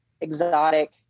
exotic